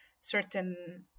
certain